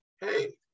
Hey